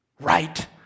Right